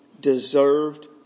deserved